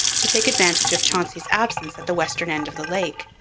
to take advantage of chauncey's absence at the western end of the lake.